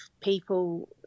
people